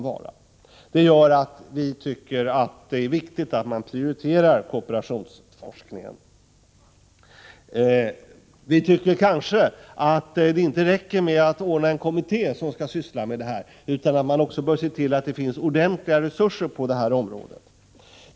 Vi tycker således att det är viktigt att kooperationsforskningen prioriteras. Men vi menar nog att det kanske inte är tillräckligt att tillsätta en kommitté som skall syssla med dessa frågor. Man bör också se till att det finns ordentliga resurser på detta område.